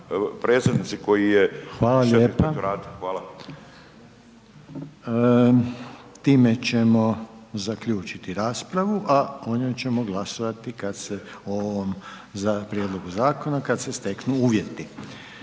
Željko (HDZ)** Time ćemo zaključiti raspravu, a o njoj ćemo glasovati kad se o ovom prijedlogu zakona kad se steknu uvjeti.